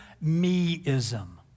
Me-ism